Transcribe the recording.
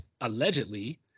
allegedly